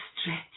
stretch